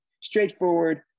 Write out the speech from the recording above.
straightforward